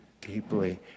deeply